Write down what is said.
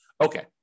Okay